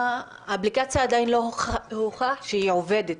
עדיין לא הוכח שהאפליקציה עובדת.